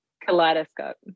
kaleidoscope